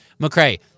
McCray